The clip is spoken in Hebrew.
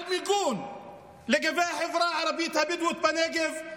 על מיגון לגבי החברה הבדואית בנגב,